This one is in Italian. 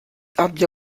abbia